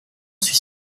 suis